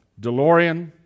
DeLorean